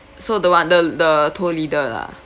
so the one the the tour leader lah